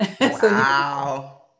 Wow